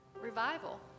revival